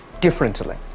differently